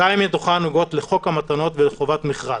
שתיים מתוכן נוגעות לחוק המתנות ולחובת מכרז.